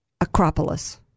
Acropolis